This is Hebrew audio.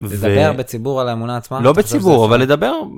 לדבר בציבור על האמונה עצמה? לא בציבור, אבל לדבר.